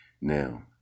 Now